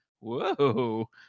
whoa